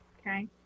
Okay